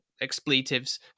expletives